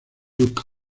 look